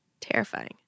terrifying